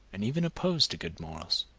and even opposed to good morals,